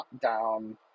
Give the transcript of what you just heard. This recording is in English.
down